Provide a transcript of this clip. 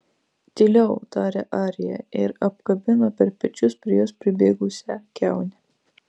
tyliau tarė arija ir apkabino per pečius prie jos pribėgusią kiaunę